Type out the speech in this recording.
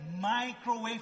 microwave